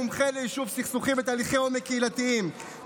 מומחה ליישוב סכסוכים ותהליכי עומק קהילתיים,